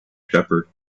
shepherd